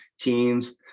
Teams